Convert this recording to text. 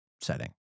setting